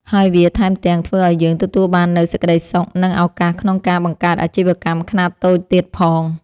ហើយវាថែមទាំងធ្វើឲ្យយើងទទួលបាននូវសេចក្ដីសុខ និងឱកាសក្នុងការបង្កើតអាជីវកម្មខ្នាតតូចទៀតផង។